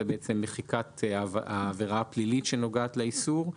זה מחיקת העבירה הפלילית שנוגעת לאיסור.